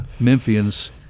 Memphians